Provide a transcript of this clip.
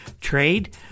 trade